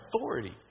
authority